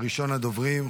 ראשון הדוברים,